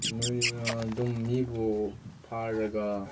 ꯑꯗꯨꯝ ꯃꯤꯕꯨ ꯐꯥꯔꯒ